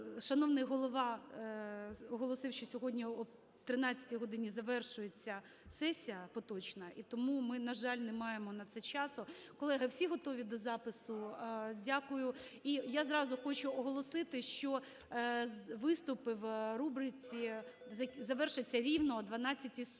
Шановний Голова оголосив, що сьогодні о 13-й годині завершується сесія поточна, і тому ми, на жаль, не маємо на це часу. Колеги, всі готові до запису? Дякую. І я зразу хочу оголосити, що виступи в рубриці завершаться рівно о 12:40.